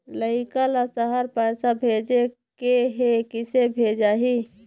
लइका ला शहर पैसा भेजें के हे, किसे भेजाही